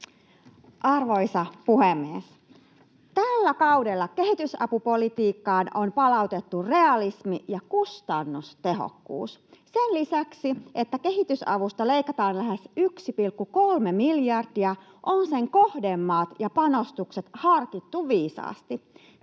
Arvoisa puhemies! Tällä kaudella kehitysapupolitiikkaan on palautettu realismi ja kustannustehokkuus. Sen lisäksi, että kehitysavusta leikataan lähes 1,3 miljardia, on sen kohdemaat ja panostukset harkittu viisaasti.